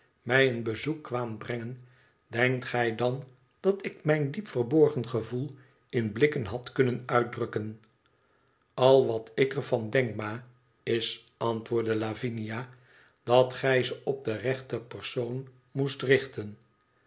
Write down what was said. mij een bezoek kwaamt brengen denkt gij dan dat ik mijn diep verborgen gevoel in blikken had kunnen uitdrukken al wat ik er van denk ma is antwoordde lavinia dat gij ze op den rechten persoon moest richten